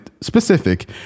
specific